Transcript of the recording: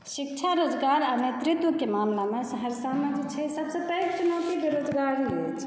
शिक्षा रोजगार आ नेतृत्वके मामलामे हमर सहरसामे जे छै सभसँ पैघ चुनौती बेरोजगारी अछि